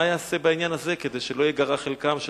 מה ייעשה בעניין הזה כדי שלא ייגרע חלקם של